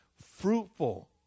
fruitful